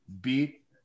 beat